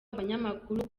abanyamakuru